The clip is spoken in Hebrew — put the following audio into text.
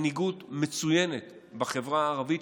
מנהיגות מצוינת בחברה הערבית,